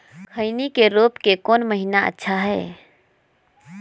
खैनी के रोप के कौन महीना अच्छा है?